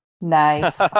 Nice